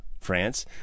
France